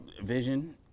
Vision